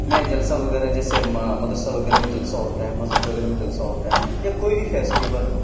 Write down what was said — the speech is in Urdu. میں جلسہ وغیرہ جیسے مدرسہ وغیرہ میں جلسہ ہوتا ہے مسجد وغیرہ میں جلسہ ہوتا ہے یا کوئی بھی فیسٹیول ہو